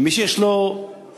ומי שיש לו היגיון,